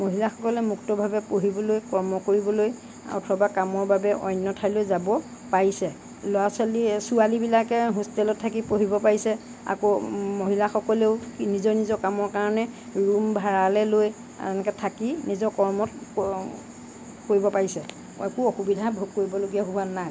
মহিলাসকলে মুক্তভাৱে পঢ়িবলৈ কৰ্ম কৰিবলৈ অথবা কামৰ বাবে অন্য ঠাইলৈ যাব পাৰিছে ল'ৰা ছোৱালী ছোৱালীবিলাকে হোষ্টেলত থাকি পঢ়িব পাৰিছে আকৌ মহিলাসকলেও নিজৰ নিজৰ কামৰ কাৰণে ৰুম ভাড়ালৈ লৈ এনেকৈ থাকি নিজৰ কৰ্মত কৰিব পাৰিছে একো অসুবিধা ভোগ কৰিবলগীয়া হোৱা নাই